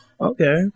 Okay